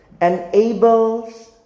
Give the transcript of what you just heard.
enables